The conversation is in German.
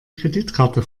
kreditkarte